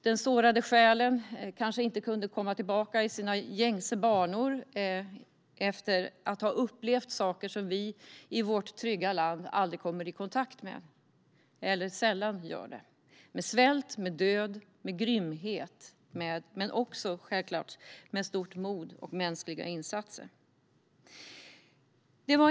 Den sårade själen kanske inte kunde komma tillbaka till gängse banor efter att ha upplevt saker som vi, i vårt trygga land, sällan eller aldrig kommer i kontakt med. Det kan handla om svält, död och grymhet men självklart också om stort mod och mänskliga insatser.